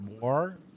more